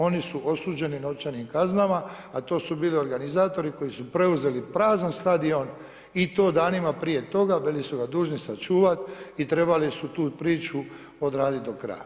Oni su osuđeni novčanim kaznama, a to su bili organizatori koji su preuzeli prazan stadion i to danima prije toga, bili su ga dužni sačuvati i trebali su tu priču odradit do kraja.